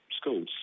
schools